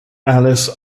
alice